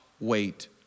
wait